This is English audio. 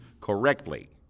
correctly